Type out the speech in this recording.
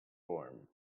form